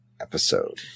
Episode